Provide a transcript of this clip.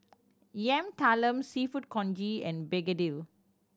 Yam Talam Seafood Congee and begedil